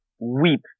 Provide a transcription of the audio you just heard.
weep